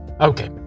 Okay